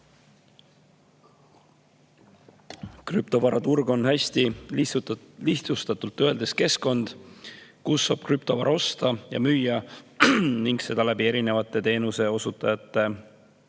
Krüptovaraturg on hästi lihtsustatult öeldes keskkond, kus saab krüptovara osta ja müüa, seda erinevate teenuseosutajate kaudu.